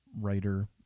writer